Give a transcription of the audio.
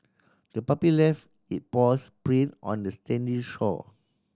the puppy left it paws print on the sandy shore